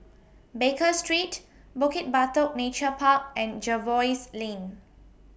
Baker Street Bukit Batok Nature Park and Jervois Lane